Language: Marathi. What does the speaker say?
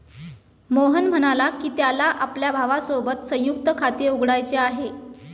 मोहन म्हणाला की, त्याला आपल्या भावासोबत संयुक्त खाते उघडायचे आहे